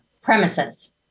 premises